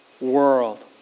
world